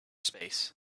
space